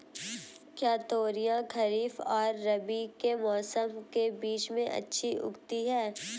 क्या तोरियां खरीफ और रबी के मौसम के बीच में अच्छी उगती हैं?